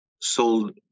sold